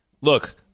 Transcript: Look